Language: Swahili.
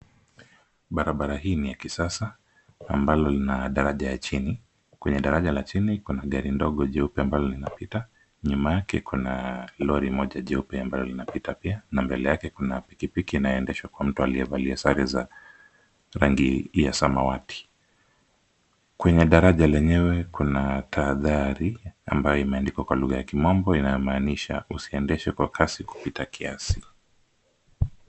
Barabara hii ni ya kisasa ambalo lina daraja ya chini; kwenye daraja la chini kuna gari ndogo jeupe ambalo linapita. Nyuma yake kuna lori moja jeupe ambalo linapita pia, na mbele yake kuna pikipiki inayoendeshwa kwa mtu aliyevalia sare za rangi ya samawati. Kwenye daraja lenyewe kuna tahadhari ambayo imeandikwa kwa lugha ya kimombo inaamaanisha usiendeshe kwa kasi kupita kiasi.